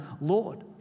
Lord